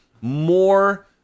more